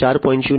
0 industry 4